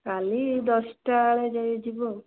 କାଲି ଦଶଟା ବେଳେ ଯିବୁ ଆଉ